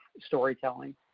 storytelling